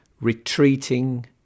retreating